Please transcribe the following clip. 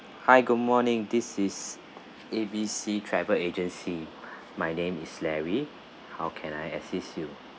hi good morning this is A B C travel agency my name is larry how can I assist you